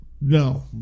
No